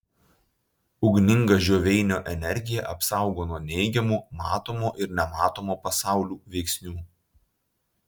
ugninga žioveinio energija apsaugo nuo neigiamų matomo ir nematomo pasaulių veiksnių